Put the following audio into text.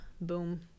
Boom